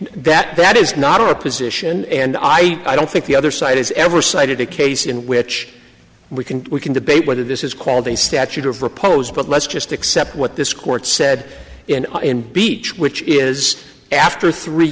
that that is not our position and i don't think the other side has ever cited a case in which we can we can debate whether this is called a statute of repose but let's just accept what this court said in beach which is after three